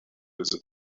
visit